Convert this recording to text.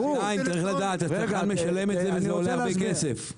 צריך לדעת, הצרכן משלם את זה וזה עולה הרבה כסף.